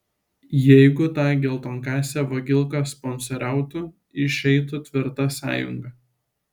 jeigu ta geltonkasė vagilka sponsoriautų išeitų tvirta sąjunga